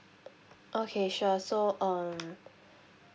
okay sure so um